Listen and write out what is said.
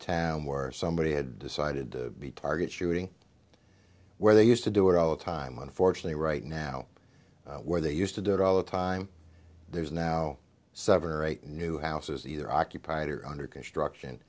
town where somebody had decided to be target shooting where they used to do it all the time unfortunately right now where they used to do it all the time there's now seven or eight new houses either occupied or under construction